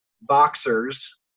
boxers